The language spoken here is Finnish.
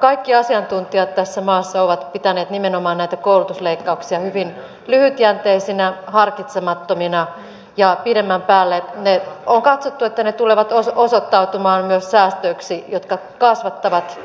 kaikki asiantuntijat tässä maassa ovat pitäneet nimenomaan näitä koulutusleikkauksia hyvin lyhytjänteisinä harkitsemattomina ja pidemmän päälle on katsottu että ne tulevat osoittautumaan myös säästöiksi jotka kasvattavat